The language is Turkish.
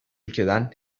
ülkeden